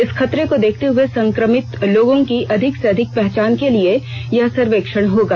इस खतरे को देखते हुए संक्रमित लोगों की अधिक से अधिक पहचान के लिए यह सर्वेक्षण होगा